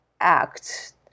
act